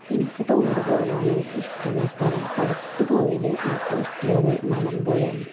എനിക്ക് ടൂറ് പോകാൻ ഇഷ്ടമുള്ള സ്ഥലം ഇപ്പം അടുത്തു പോയതിൽ ഏറ്റവും ഇഷ്ട്ടമുള്ളത് മലമ്പുഴ ആണ്